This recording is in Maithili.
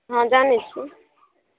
हाँ जानय छी